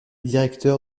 directeur